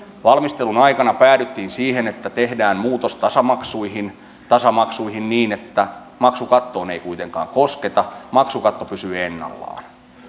valmistelun aikana päädyttiin siihen että tehdään muutos tasamaksuihin tasamaksuihin niin että maksukattoon ei kuitenkaan kosketa maksukatto pysyy ennallaan